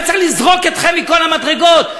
היה צריך לזרוק אתכם מכל המדרגות.